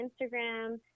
Instagram